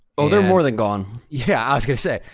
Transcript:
oh, they're more than gone. yeah, i was gonna say.